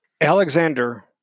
Alexander